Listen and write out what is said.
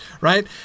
right